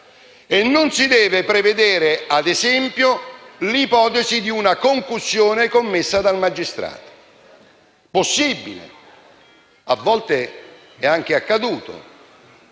e non si debba prevedere invece, ad esempio, l'ipotesi di una concussione commessa dal magistrato. Questo è possibile e a volte è anche accaduto,